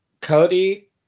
Cody